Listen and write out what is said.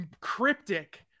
cryptic